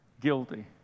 guilty